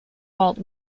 walt